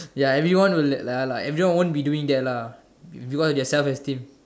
ya everyone would like everyone won't be doing that lah we want get self esteem